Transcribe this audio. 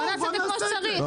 בוא נעשה את כמו שצריך.